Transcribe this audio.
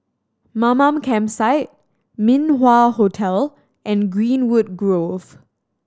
Mamam Campsite Min Wah Hotel and Greenwood Grove